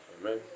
Amen